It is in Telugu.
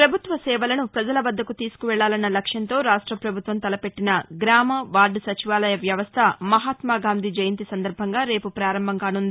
ప్రభుత్వ సేవలను ప్రవజల వద్దకు తీసుకువెళ్ళలన్న లక్ష్యంతో రాష్ట ప్రభుత్వం తలపెట్టిన గ్రామ వార్డు సచివాలయ వ్యవస్థ మహాత్మా గాంధీ జయంతి సందర్భంగా రేపు ప్రారంభం కానున్నది